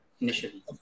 initially